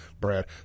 Brad